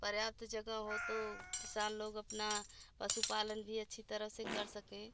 पर्याप्त जगह हो तो किसान लोग अपना पशु पालन भी अच्छी तरह से कर सकें